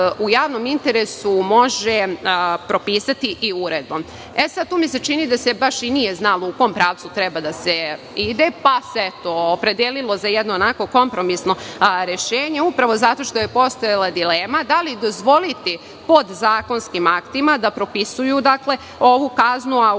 u javnom interesu može propisati i uredbom. Čini mi se da se baš nije znalo u kom pravcu treba da se ide, pa se opredelilo za kompromisno rešenje, upravo zato što je postojala dilema da li dozvoliti podzakonskim aktima da propisuju ovu kaznu, a pod